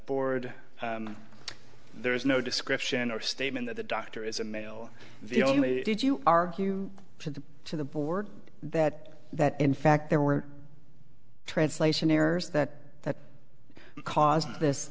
board there is no description or statement that the doctor is a male the only did you argue for them to the board that that in fact there were translation errors that that because of this